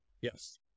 yes